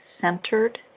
centered